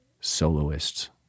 soloists